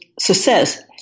success